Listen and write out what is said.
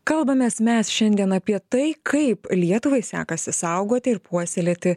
kalbamės mes šiandien apie tai kaip lietuvai sekasi saugoti ir puoselėti